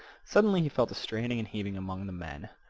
suddenly he felt a straining and heaving among the men.